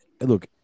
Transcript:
Look